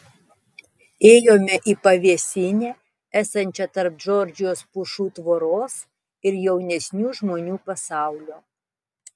ėjome į pavėsinę esančią tarp džordžijos pušų tvoros ir jaunesnių žmonių pasaulio